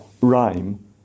rhyme